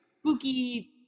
spooky